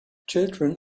children